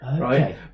right